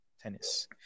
tennis